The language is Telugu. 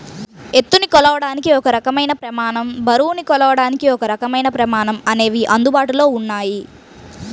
ఎత్తుని కొలవడానికి ఒక రకమైన ప్రమాణం, బరువుని కొలవడానికి ఒకరకమైన ప్రమాణం అనేవి అందుబాటులో ఉన్నాయి